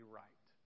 right